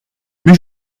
mais